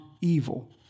evil